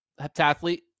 Heptathlete